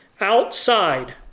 Outside